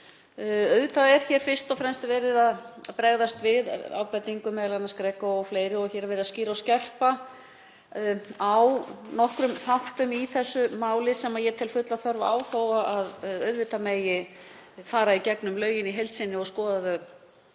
er hér fyrst og fremst verið að bregðast við ábendingum, m.a. frá GRECO o.fl., og verið að skýra og skerpa á nokkrum þáttum í þessu máli sem ég tel fulla þörf á þó að auðvitað megi fara í gegnum lögin í heild sinni og skoða þau